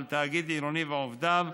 על תאגיד עירוני ועובדיו,